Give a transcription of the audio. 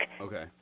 Okay